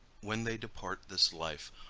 when they depart this life,